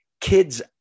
kids